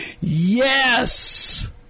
Yes